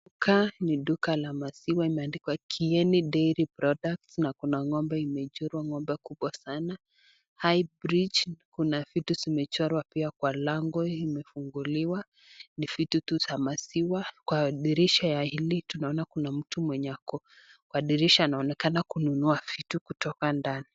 Hapa ni duka la maziwa imeandikwa Kieni Dairy Products na kuna ng'ombe imechorwa ng'ombe kubwa sana , highbridge, kuna vitu zimechorwa pia kwa lango hili limefunguliwa ni vitu tu za maziwa kwa dirisha ya hili tena kuna mtu mwenye ako kwa dirisha anaonekana kununua vitu kutoka ndani.